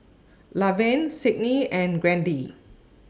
Lavelle Sydney and Grady